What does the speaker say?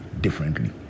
differently